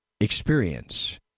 experience